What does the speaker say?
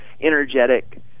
energetic